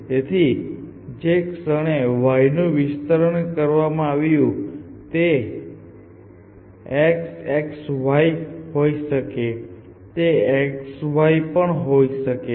તેથી જે ક્ષણે y નું વિસ્તરણ કરવામાં આવ્યું તે xxy હોઈ શકે છે તે xy પણ હોઈ શકે છે